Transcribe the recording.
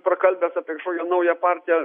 prakalbęs apie naują partiją